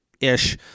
ish